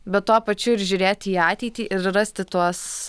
bet tuo pačiu ir žiūrėti į ateitį ir rasti tuos